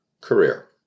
career